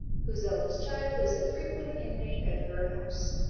whose eldest child is the frequent inmate of her house.